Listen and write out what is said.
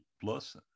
plus